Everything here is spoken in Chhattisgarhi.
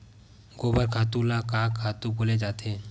गोबर खातु ल का खातु बोले जाथे?